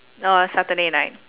orh saturday night